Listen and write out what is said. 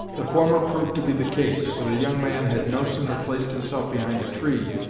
the former proved to be the case, for the young man had no sooner placed himself behind a tree,